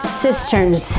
cisterns